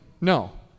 no